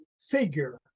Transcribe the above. figure